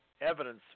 evidence